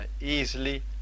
easily